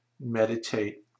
meditate